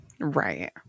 Right